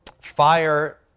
fire